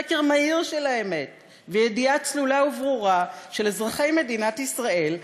חקר מהיר של האמת וידיעה צלולה וברורה של אזרחי מדינת ישראל,